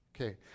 Okay